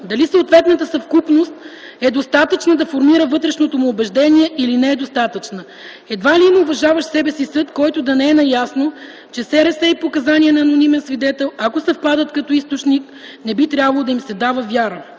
дали съответната съвкупност е достатъчна да формира вътрешното му убеждение или не е достатъчна. Едва ли има уважаващ себе си съд, който да не е наясно, че СРС и показания на анонимен свидетел, ако съвпадат като източник, не би трябвало да им се дава вяра.